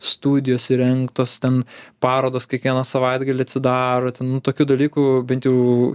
studijos įrengtos ten parodos kiekvieną savaitgalį atsidaro ten nu tokių dalykų bent jau